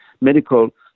medical